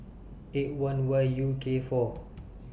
eight one Y U K four